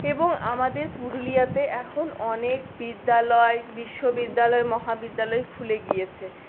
এবং আমাদের পুরুলিয়াতে এখন অনেক বিদ্যালয় বিশ্ববিদ্যালয় মহাবিদ্যালয় খুলে গিয়েছে